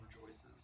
rejoices